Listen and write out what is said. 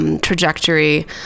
trajectory